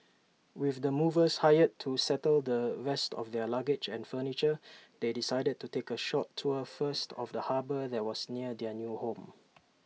with the movers hired to settle the rest of their luggage and furniture they decided to take A short tour first of the harbour that was near their new home